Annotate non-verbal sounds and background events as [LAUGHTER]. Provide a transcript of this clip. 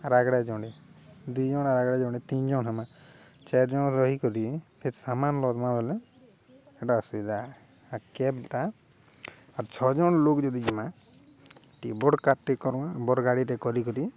ରାୟଗଡ଼ା ଜଣେ ଦୁଇ ଜଣ ରାୟଗଡ଼ା ଜଣେ ତିନ ଜଣ ହେମା ଚାରି ଜଣ ରହିକରି ଫିର୍ ସାମାନ [UNINTELLIGIBLE] ବଲେ ଏଇଟା ଅସୁବିଧା ଆର୍ କ୍ୟାବ୍ଟା ଆର୍ ଛଅ ଜଣ ଲୋକ୍ ଯଦି ଯିମା ଟି ବଡ଼ କାର୍ଟେ କର୍ମା ବଡ଼ ଗାଡ଼ିଟେ କରି କରି